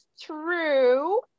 true